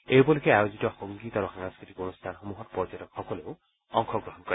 এই উপলক্ষে আয়োজিত সংগীত আৰু সাংস্থতিক অনুষ্ঠানসমূহত পৰ্যটকসকলেও অংশগ্ৰহণ কৰে